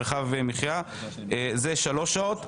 מרחב מחייה 3 שעות.